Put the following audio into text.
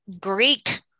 Greek